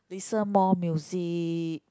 listen more music